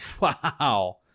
Wow